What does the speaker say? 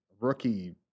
rookie